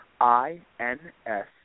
I-N-S